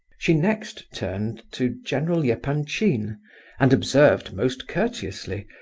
she next turned to general yeah epanchin and observed, most courteously,